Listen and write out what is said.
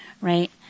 right